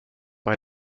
bei